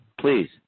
Please